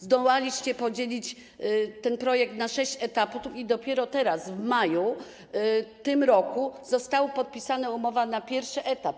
Zdołaliście podzielić ten projekt na sześć etapów i dopiero teraz, w maju tego roku, została podpisana umowa na pierwszy etap.